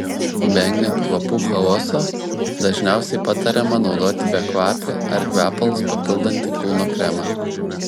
vengiant kvapų chaoso dažniausiai patariama naudoti bekvapį ar kvepalus papildantį kūno kremą